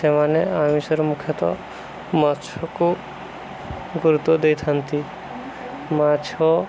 ସେମାନେ ଆମିଷର ମୁଖ୍ୟତଃ ମାଛକୁ ଗୁରୁତ୍ୱ ଦେଇଥାନ୍ତି ମାଛ